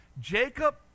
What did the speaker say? Jacob